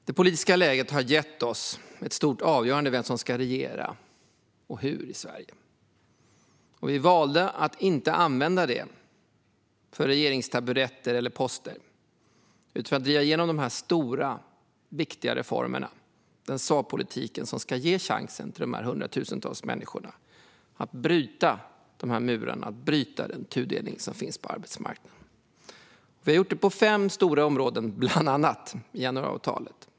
Det politiska läget har gett oss ett stort avgörande i fråga om vem som ska regera i Sverige och hur. Vi valde att inte använda det för regeringstaburetter eller poster utan för att driva igenom de stora viktiga reformer och den sakpolitik som ska ge oss chansen att riva murarna för hundratusentals människor och bryta den tudelning som finns på arbetsmarknaden. Vi har gjort detta bland annat på fem stora områden i januariavtalet.